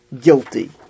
guilty